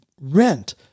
rent